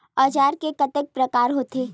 औजार के कतेक प्रकार होथे?